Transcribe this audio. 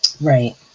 Right